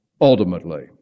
ultimately